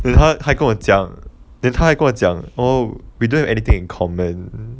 then 他还跟我讲 then 他还跟我讲 oh we don't have anything in common